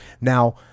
Now